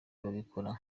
babikora